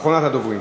אחרונת הדוברים.